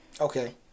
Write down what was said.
Okay